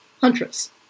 Huntress